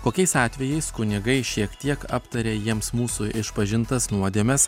kokiais atvejais kunigai šiek tiek aptarė jiems mūsų išpažintas nuodėmes